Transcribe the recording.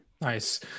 Nice